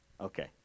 okay